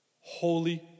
Holy